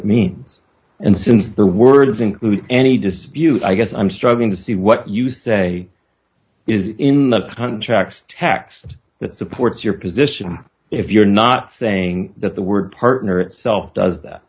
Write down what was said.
it means and since the words include any dispute i guess i'm struggling to see what you say is in the contract text that supports your position if you're not saying that the word partner itself does that